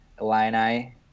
Illini